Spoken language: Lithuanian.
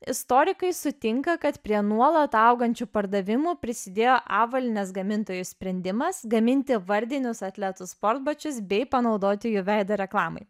istorikai sutinka kad prie nuolat augančių pardavimų prisidėjo avalynės gamintojų sprendimas gaminti vardinius atletų sportbačius bei panaudoti jų veidą reklamai